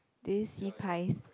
did you see pies